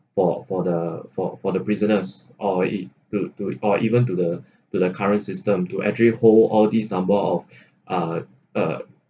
for for the for for the prisoners or it to to to or even to the to the current system to actually hold all these number of uh uh